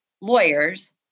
lawyers